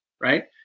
right